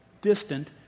distant